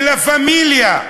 ו"לה פמיליה",